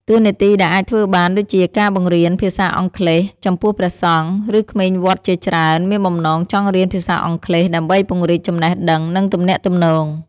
តួនាទីដែលអាចធ្វើបានដូចជាការបង្រៀនភាសាអង់គ្លេស ចំពោះព្រះសង្ឃ ឬក្មេងវត្តជាច្រើនមានបំណងចង់រៀនភាសាអង់គ្លេសដើម្បីពង្រីកចំណេះដឹង និងទំនាក់ទំនង។